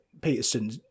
Peterson